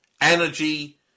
energy